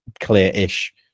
clear-ish